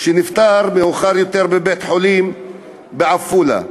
שנפטר מאוחר יותר בבית-חולים בעפולה.